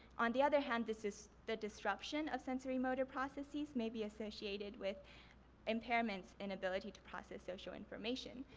on the other hand this is the disruption of sensory motor processes, may be associated with impairments in ability to process social information.